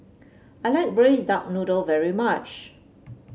I like Braised Duck Noodle very much